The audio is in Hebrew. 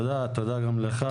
תודה גם לך.